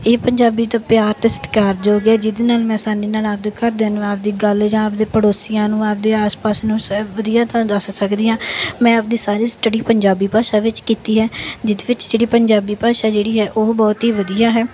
ਇਹ ਪੰਜਾਬੀ ਤੋਂ ਪਿਆਰ ਅਤੇ ਸਤਿਕਾਰ ਯੋਗ ਹੈ ਜਿਹਦੇ ਨਾਲ ਮੈਂ ਆਸਾਨੀ ਨਾਲ ਆਪਣੇ ਘਰਦਿਆਂ ਨੂੰ ਆਪਣੀ ਗੱਲ ਜਾਂ ਆਪਣੇ ਪੜੋਸੀਆਂ ਨੂੰ ਆਪਣੇ ਆਸ ਪਾਸ ਨੂੰ ਸਭ ਵਧੀਆ ਤਾਂ ਦੱਸ ਸਕਦੀ ਹਾਂ ਮੈਂ ਆਪਣੀ ਸਾਰੀ ਸਟੱਡੀ ਪੰਜਾਬੀ ਭਾਸ਼ਾ ਵਿੱਚ ਕੀਤੀ ਹੈ ਜਿਹਦੇ ਵਿੱਚ ਜਿਹੜੀ ਪੰਜਾਬੀ ਭਾਸ਼ਾ ਜਿਹੜੀ ਹੈ ਉਹ ਬਹੁਤ ਹੀ ਵਧੀਆ ਹੈ